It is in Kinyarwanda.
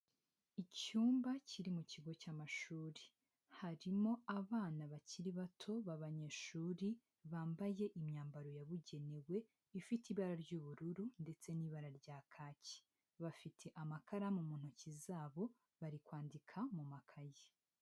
Icyumba kiri mu kigo cy'amashuri. Harimo abana bakiri bato b'abanyeshuri bambaye imyambaro yabugenewe ifite ibara ry'ubururu ndetse n'ibara rya kaki. Bafite amakaramu mu ntoki zabo, bari kwandika mu makayi.